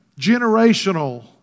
Generational